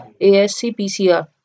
ASCPCR